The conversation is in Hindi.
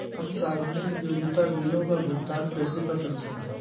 हम सार्वजनिक उपयोगिता बिलों का भुगतान कैसे कर सकते हैं?